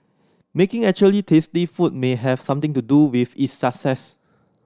making actually tasty food may have something to do with its success